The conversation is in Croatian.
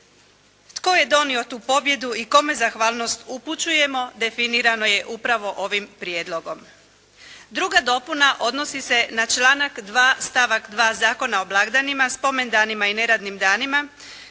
Tko je donio tu pobjedu i kome zahvalnost upućujemo definirano je upravo ovim prijedlogom. Druga dopuna odnosi se na članak 2. stavak 2. Zakona o blagdanima, spomendanima i neradnim danima